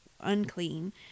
unclean